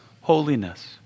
holiness